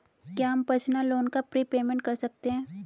क्या हम personal loan का प्रीपेमेंट कर सकते हैं?